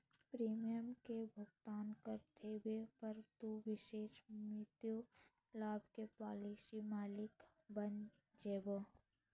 premium के भुगतान कर देवे पर, तू विशेष मृत्यु लाभ के पॉलिसी मालिक बन जैभो